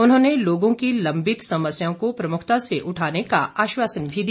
उन्होंने लोगों की लंबित समस्याओं को प्रमुखता से उठाने का आश्वासन भी दिया